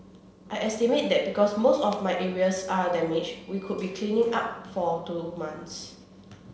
I estimate that because most of my areas are damaged we could be cleaning up for two months